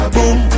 Boom